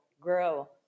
grow